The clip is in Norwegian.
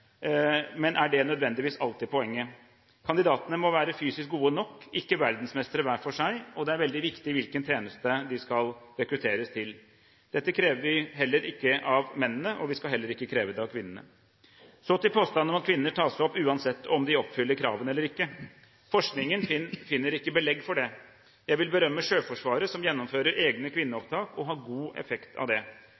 men er det nødvendigvis alltid poenget? Kandidatene må fysisk være gode nok, ikke verdensmestre hver for seg, og det er veldig viktig hvilken tjeneste de skal rekrutteres til. Dette krever vi ikke av mennene, og vi skal heller ikke kreve det av kvinnene. Så til påstanden om at kvinner tas opp uansett om de oppfyller kravene eller ikke. Forskningen finner ikke belegg for det. Jeg vil berømme Sjøforsvaret, som gjennomfører egne